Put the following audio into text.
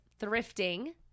thrifting